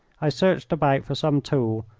i searched about for some tool,